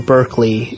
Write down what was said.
Berkeley